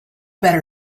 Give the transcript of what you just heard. better